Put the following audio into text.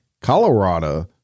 Colorado